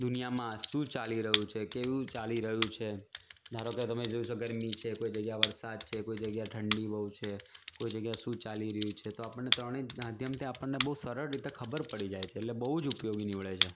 દુનિયામાં શું ચાલી રહ્યું છે કેવું ચાલી રહ્યું છે ધારો કે તમે જોઈ શકો ગરમી છે કોઈ જગ્યાએ વરસાદ છે કોઈ જગ્યાએ ઠંડી બહુ છે કોઈ જગ્યાએ શું ચાલી રહ્યું છે તો આપણને ત્રણેય માધ્યમથી આપણને બહુ સરળ રીતે ખબર પડી જાય છે એટલે બહુ જ ઉપયોગી નિવડે છે